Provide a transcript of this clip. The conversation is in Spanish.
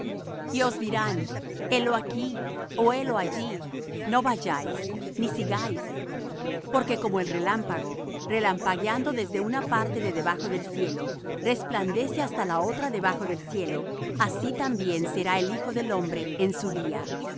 os dirán helo aquí ó helo allí no vayáis ni sigáis porque como el relámpago relampagueando desde una parte de debajo del cielo resplandece hasta la otra debajo del cielo así también será el hijo del hombre en su día